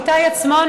איתי עצמון,